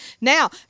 Now